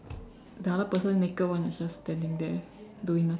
the other person naked one is just standing there doing nothing